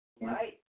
right